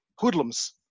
Hoodlums